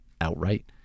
Outright